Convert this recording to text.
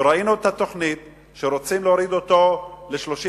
וראינו את התוכנית שרוצים להוריד אותו ל-39%.